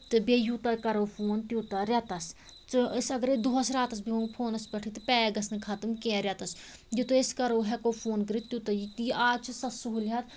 تہٕ بیٚیہِ یوٗتاہ کَرو فون تیوٗتاہ رٮ۪تس ژٕ أسۍ اگرَے دۄہس راتس بیٚہمو فونس پٮ۪ٹھٕے تہٕ پیک گژھِ نہٕ ختم کیٚنٛہہ رٮ۪تس یوٗتاہ أسۍ کَرو ہٮ۪کو فون کٔرِتھ تیوٗتاہ یہِ تہِ آز چھِ سۄ سُہوٗلِیت